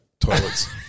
toilets